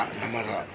namara